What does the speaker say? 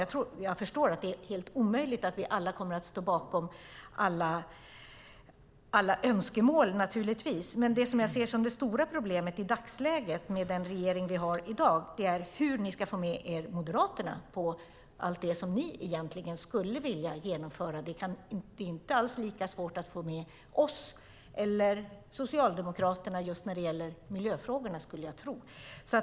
Jag förstår att det är helt omöjligt att vi alla kommer att stå bakom alla önskemål, men det jag ser som det stora problemet i dagsläget med den regering vi har i dag är hur ni ska få med er Moderaterna på allt det som ni egentligen skulle vilja genomföra. Det är inte alls lika svårt att få med oss eller Socialdemokraterna, skulle jag tro, när det gäller miljöfrågorna.